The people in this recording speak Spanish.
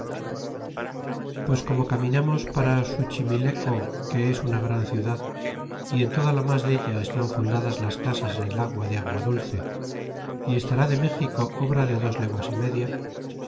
pues como caminamos para suchimileco que es una gran ciudad y en toda la mas della estaa fundadas las casas en el agua de agua dulce y estará de méxico obra de dos leguas y